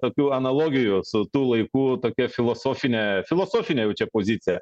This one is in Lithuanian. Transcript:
tokių analogijų su tų laikų tokia filosofine filosofine jau čia pozicija